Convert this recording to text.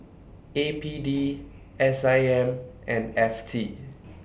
A P D S I M and F T